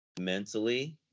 mentally